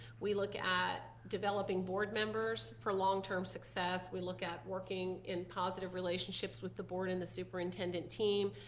we look at developing board members for long term success, we look at working in positive relationships with the board and the superintendent team.